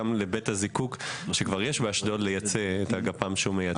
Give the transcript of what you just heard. לאפשר גם לבית הזיקוק שבאשדוד לייצא את הגפ"מ שהוא מייצא.